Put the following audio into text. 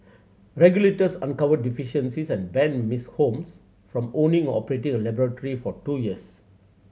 regulators uncovered deficiencies and banned Miss Holmes from owning or operating a laboratory for two years